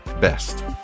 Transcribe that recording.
best